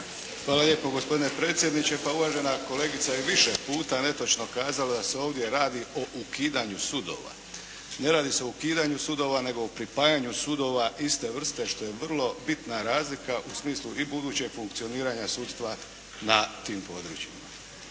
Hvala lijepo gospodine predsjedniče. Pa uvažena kolegica je više puta netočno kazala da se ovdje radi o ukidanju sudova. Ne radi se o ukidanju sudova nego o pripajanju sudova iste vrste što je vrlo bitna razlika u smislu i budućeg funkcioniranja sudstva na tim područjima.